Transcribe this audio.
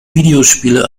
videospiele